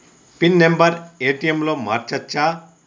Pin number ATM లో మార్చచ్చా?